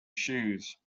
shoes